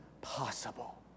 possible